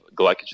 glycogen